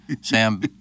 Sam